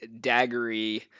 daggery